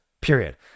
period